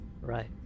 right